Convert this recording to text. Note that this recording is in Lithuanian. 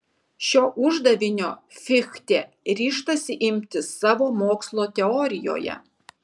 šio uždavinio fichtė ryžtasi imtis savo mokslo teorijoje